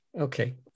Okay